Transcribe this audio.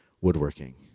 woodworking